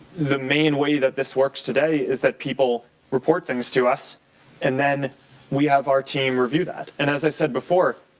the main way that this works today is that people report things to us and then we have our team review that. and as i said before,